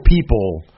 people